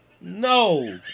No